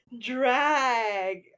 Drag